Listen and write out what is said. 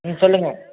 ம் சொல்லுங்கள்